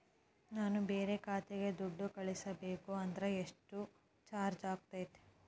ನಾನು ಬೇರೆ ಖಾತೆಗೆ ದುಡ್ಡು ಕಳಿಸಬೇಕು ಅಂದ್ರ ಎಷ್ಟು ಚಾರ್ಜ್ ಆಗುತ್ತೆ?